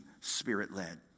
spirit-led